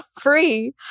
free